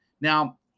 Now